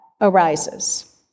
arises